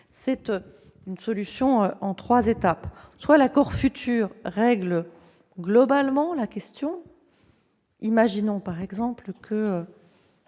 une solution en trois étapes. Soit l'accord futur règle globalement la question. Imaginons, par exemple, que